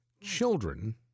children